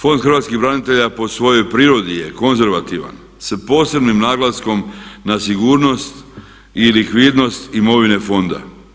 Fond hrvatskih branitelja po svojoj prirodi je konzervativan s posebnim naglaskom na sigurnost i likvidnost imovine fonda.